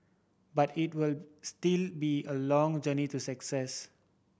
but it will still be a long journey to success